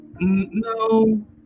No